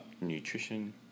nutrition